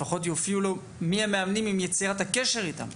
שבו יוצג לו מיהם המאמנים ודרכי יצירת הקשר איתם?